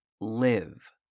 live